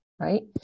right